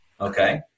Okay